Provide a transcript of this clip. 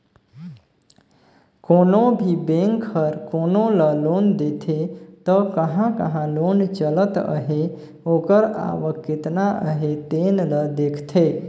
कोनो भी बेंक हर कोनो ल लोन देथे त कहां कहां लोन चलत अहे ओकर आवक केतना अहे तेन ल देखथे